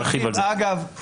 אגב,